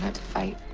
and to fight.